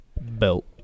Belt